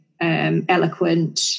eloquent